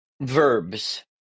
verbs